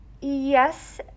Yes